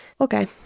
okay